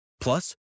Plus